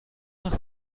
nach